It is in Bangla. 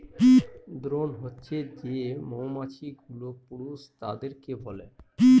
দ্রোন হছে যে মৌমাছি গুলো পুরুষ তাদেরকে বলে